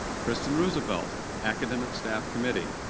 kristin roosevelt, academic staff committee.